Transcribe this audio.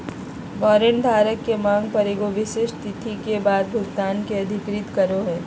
warrant धारक के मांग पर एगो विशिष्ट तिथि के बाद भुगतान के अधिकृत करो हइ